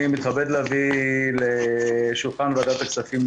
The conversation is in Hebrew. אני מתכבד להביא לשולחן ועדת הכספים,